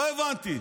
לא הבנתי,